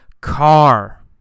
car